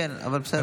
כן, בסדר.